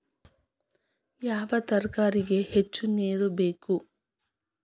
ಯಾವ ತರಕಾರಿಗೆ ಹೆಚ್ಚು ನೇರು ಬೇಕು?